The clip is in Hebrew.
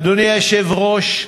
אדוני היושב-ראש,